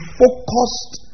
focused